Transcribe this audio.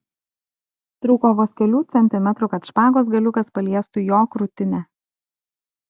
trūko vos kelių centimetrų kad špagos galiukas paliestų jo krūtinę